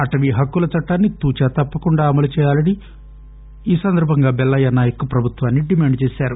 అటవీహక్కుల చట్లాన్ని తూచా తప్పకుండా అమలు చేయాలని ఈ సందర్బంగా బెల్లయ్య నాయక్ ప్రభుత్వాన్పి డిమాండ్ చేశారు